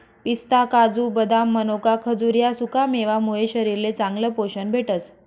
पिस्ता, काजू, बदाम, मनोका, खजूर ह्या सुकामेवा मुये शरीरले चांगलं पोशन भेटस